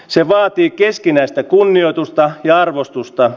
se vaatii keskinäistä kunnioitusta ja arvostusta